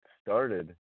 started